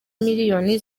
miliyoni